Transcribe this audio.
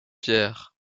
pierre